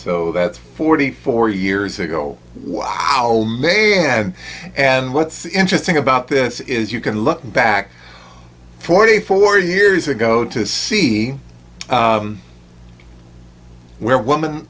so that's forty four years ago wow may and and what's interesting about this is you can look back forty four years ago to see where wom